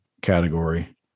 category